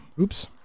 oops